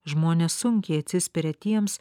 žmonės sunkiai atsispiria tiems